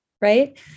Right